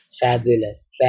Fabulous